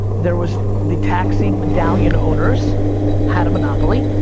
there was, the taxi medallion owners had a monopoly,